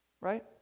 Right